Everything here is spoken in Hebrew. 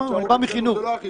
אני בא מחינוך.